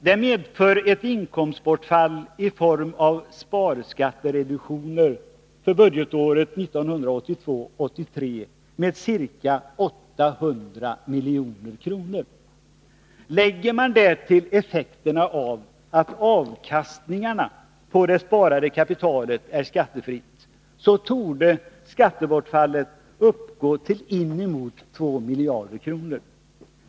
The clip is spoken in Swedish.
Det medför ett inkomstbortfall i form av sparskattereduktioner för budgetåret 1982/83 med ca 800 milj.kr. Lägger man därtill effekterna av att avkastningarna på det sparade kapitalet är skattefria, så torde skattebortfallet uppgå till inemot 2 miljarder kronor.